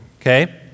okay